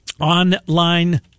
online